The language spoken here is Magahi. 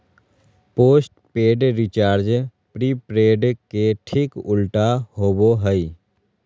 पोस्टपेड रिचार्ज प्रीपेड के ठीक उल्टा होबो हइ